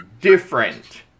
different